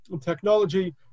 technology